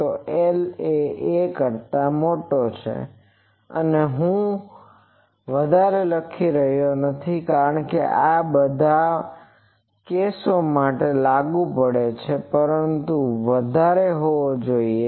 તો L a કરતા મોટો છે અને હું વધારે લખી રહ્યો નથી કારણ કે આ આ બધા કેસો માટે લાગુ પડે છે પરંતુ હું વધારે હોવો જોઈએ